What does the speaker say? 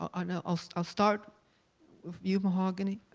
and i'll so i'll start with you, mahogany,